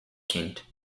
kent